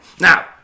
Now